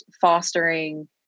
fostering